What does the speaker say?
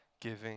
giving